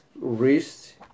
wrist